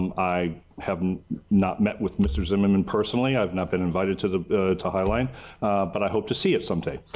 um i have not met with mr. zimmerman personally i have not been invited to to high line but i hope to see you sometime.